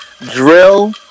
drill